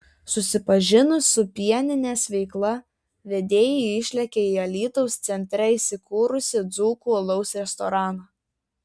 susipažinus su pieninės veikla vedėjai išlėkė į alytaus centre įsikūrusį dzūkų alaus restoraną